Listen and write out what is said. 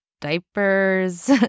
Diapers